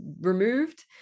removed